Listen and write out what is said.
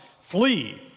Flee